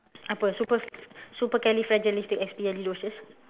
apa super~ supercalifragilisticexpialidocious